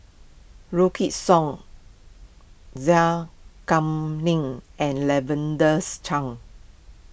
Wykidd Song Zai Kuning and Lavender's Chang